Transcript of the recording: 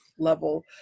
level